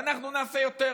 ואנחנו נעשה יותר.